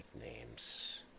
nicknames